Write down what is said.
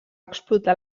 explotar